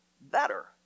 better